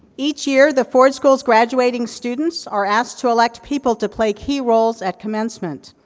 each year, the ford school's graduating students are asked to elect people to play key roles at commencement,